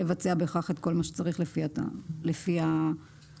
לבצע בהכרח את כל מה שצריך לפי התקנות.